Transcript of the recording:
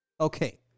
Okay